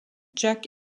jack